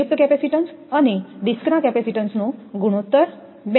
સંયુક્ત કેપેસિટીન્સ અને ડિસ્કના કેપેસિટેન્સ નો ગુણોત્તર 2